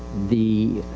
the,